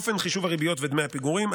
אופן חישוב הריביות ודמי הפיגורים,